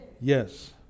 Yes